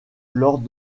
lors